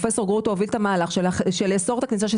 פרופסור גרוטו הוביל את המהלך לאסור את הכניסה של